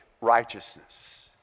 righteousness